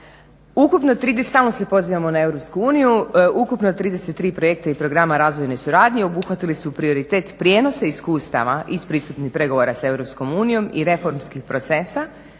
Ukupno 33 projekta i programa razvojne suradnje obuhvatili su prioritet prijenosa iskustava iz pristupnih pregovora sa EU i reformskih procesa